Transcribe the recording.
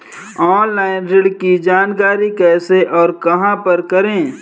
Online ऋण की जानकारी कैसे और कहां पर करें?